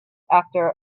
after